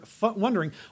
wondering